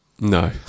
No